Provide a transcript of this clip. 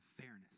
fairness